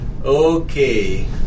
Okay